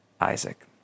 Isaac